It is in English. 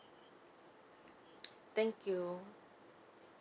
thank you